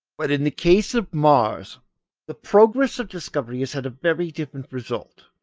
but in the case of mars the progress of discovery has had a very different result.